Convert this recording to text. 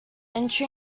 entry